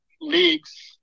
leagues